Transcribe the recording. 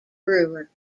brewer